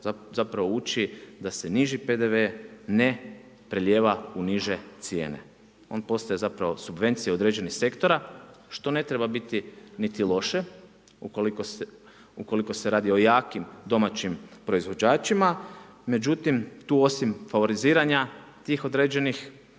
zapravo uči da se niži PDV ne prelijeva u niže cijene. On postaje zapravo subvencija određenih sektora, što ne treba biti niti loše, ukoliko se radi o jakim domaćim proizvođačima. Međutim, tu osim favoriziranja tih određenih